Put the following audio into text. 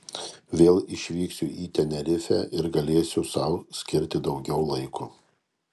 vėl išvyksiu į tenerifę ir galėsiu sau skirti daugiau laiko